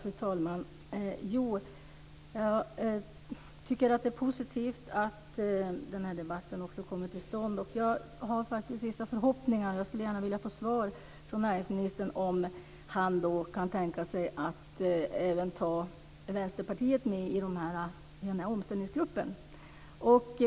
Fru talman! Jag tycker att det är positivt att den här debatten har kommit till stånd, och jag undrar om näringsministern kan tänka sig att ta med även Vänsterpartiet i omställningsgruppen.